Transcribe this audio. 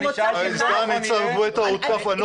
סגן ניצב גואטה הותקף ------ אפילו למוצ"ש אחד?